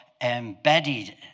embedded